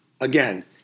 Again